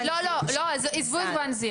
לא, עזבו את one zero.